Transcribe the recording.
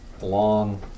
long